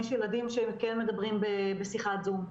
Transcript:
יש ילדים שהם כן מדברים בשיחת זום.